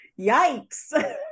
yikes